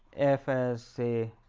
f as say